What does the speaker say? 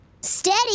steady